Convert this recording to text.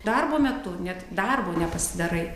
darbo metu net darbo nepasidarai